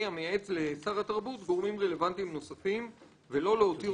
המייעץ לשר התרבות גורמים רלוונטיים נוספים ולא להותיר